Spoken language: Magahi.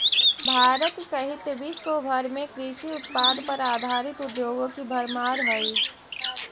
भारत सहित विश्व भर में कृषि उत्पाद पर आधारित उद्योगों की भरमार हई